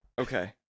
Okay